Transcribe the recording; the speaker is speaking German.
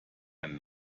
ein